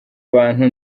abantu